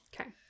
Okay